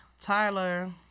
Tyler